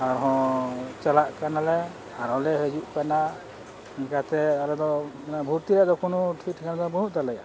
ᱟᱨᱦᱚᱸ ᱪᱟᱞᱟᱜ ᱠᱟᱱᱟᱞᱮ ᱟᱨᱦᱚᱸᱞᱮ ᱦᱤᱡᱩᱜ ᱠᱟᱱᱟ ᱤᱱᱠᱟᱹᱛᱮ ᱟᱞᱮᱫᱚ ᱵᱷᱚᱨᱛᱤ ᱨᱮᱭᱟᱜ ᱫᱚ ᱠᱚᱱᱚ ᱴᱷᱤᱠ ᱴᱷᱟᱠᱟᱹᱱᱟ ᱫᱚ ᱵᱟᱹᱱᱩᱜ ᱛᱟᱞᱮᱭᱟ